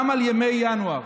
גם על ימי ינואר.